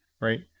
right